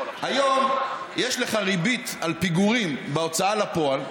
היום יש לך ריבית על פיגורים בהוצאה לפועל,